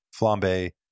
flambe